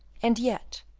and yet,